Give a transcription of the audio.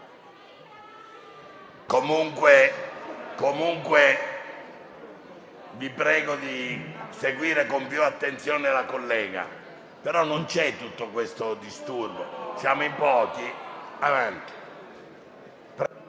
Comunque sia, vi prego di seguire con più attenzione, fermo restando che non c'è tutto questo disturbo, siamo in pochi.